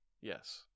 Yes